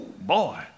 boy